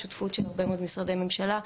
שותפות של הרבה מאוד משרדי ממשלה,